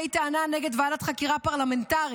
את זה היא טענה נגד ועדת חקירה פרלמנטרית.